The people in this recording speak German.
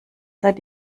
seid